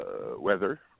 weather